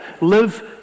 Live